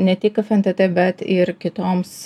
ne tik fntt bet ir kitoms